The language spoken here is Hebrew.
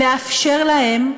לאפשר להם,